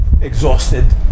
exhausted